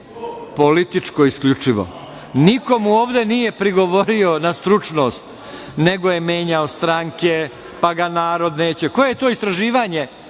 političko isključivo. Niko mu ovde nije prigovorio na stručnost, nego da je menjao stranke, pa ga narod neće. Koje je to istraživanje